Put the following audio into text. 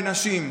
בנשים,